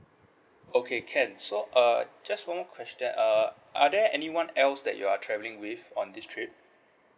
okay can so uh just one more question uh are there anyone else that you are travelling with on this trip